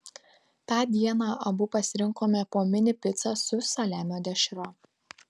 tą dieną abu pasirinkome po mini picą su saliamio dešra